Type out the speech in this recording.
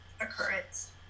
occurrence